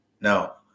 Now